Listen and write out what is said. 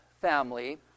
family